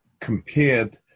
compared